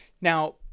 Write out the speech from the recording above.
Now